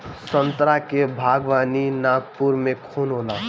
संतरा के बागवानी नागपुर में खूब होला